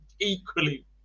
equally